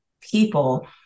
people